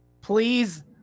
Please